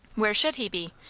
where should he be?